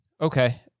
Okay